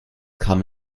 kam